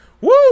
Woo